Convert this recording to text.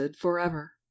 forever